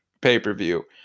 pay-per-view